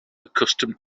accustomed